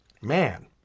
Man